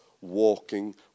walking